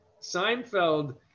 Seinfeld